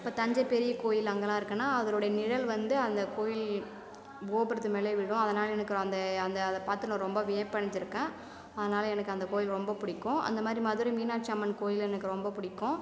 இப்போ தஞ்சை பெரிய கோயில் அங்கெல்லாம் இருக்கேன்னா அதனுடைய நிழல் வந்து அந்த கோயில் கோபுரத்து மேலேயே விழும் அதனால் எனக்கு அந்த அந்த அதை பார்த்து நான் ரொம்ப வியப்படைஞ்சிருக்கேன் அதனால் எனக்கு அந்த கோயில் ரொம்ப பிடிக்கும் அந்த மாரி மதுரை மீனாட்சி அம்மன் கோயில் எனக்கு ரொம்ப பிடிக்கும்